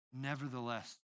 Nevertheless